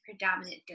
predominant